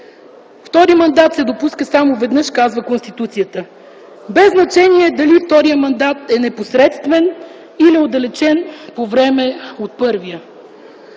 „Втори мандат се допуска само веднъж” - казва Конституцията. Без значение е дали вторият мандат е непосредствен или отдалечен по време от първия.